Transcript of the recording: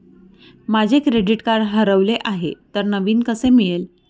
माझे credit card हरवले आहे तर नवीन कसे मिळेल?